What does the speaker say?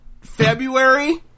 February